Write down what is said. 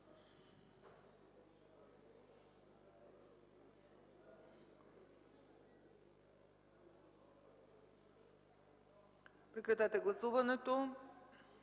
Прекратете гласуването.